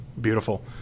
beautiful